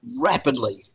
rapidly